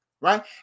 right